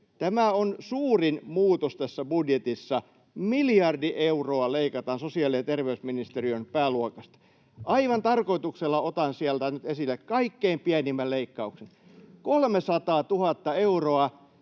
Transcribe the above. Tämä on suurin muutos tässä budjetissa. Miljardi euroa leikataan sosiaali- ja terveysministeriön pääluokasta. Aivan tarkoituksella otan sieltä nyt esille kaikkein pienimmän leikkauksen, 300 000 euroa